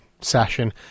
session